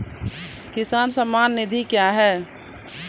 किसान सम्मान निधि क्या हैं?